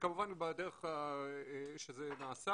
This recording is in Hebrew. וכמובן בדרך שזה נעשה.